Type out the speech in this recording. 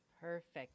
Perfect